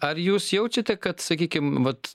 ar jūs jaučiate kad sakykim vat